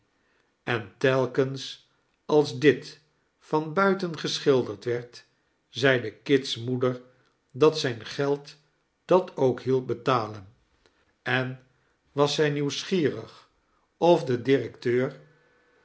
en telkens als dit van buiten geschilderd werd zeide kit's moeder dat zijn geld dat ook hielp betalen en was zij nieuwsgierig of de